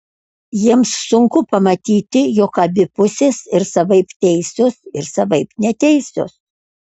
jiems sunku pamatyti jog abi pusės ir savaip teisios ir savaip neteisios